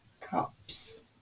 Cups